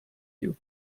you